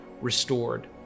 restored